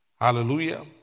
Hallelujah